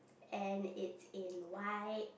and it's in white